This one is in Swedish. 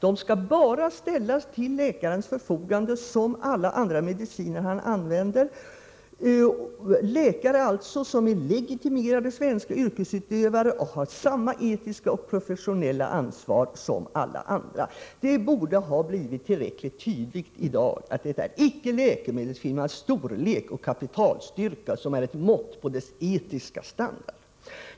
De skall bara ställas till läkarens förfogande på samma sätt som alla andra mediciner han använder, dvs. de läkare som är legitimerade svenska yrkesutövare och har samma etiska och professionella ansvar som alla andra. Det borde ha blivit tillräckligt tydligt i dag att det icke är läkemedelsfirmans storlek och kapitalstyrka som är ett mått på dess etiska standard.